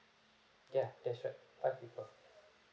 ya that's right five people